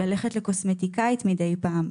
ללכת לקוסמטיקאית מידי פעם.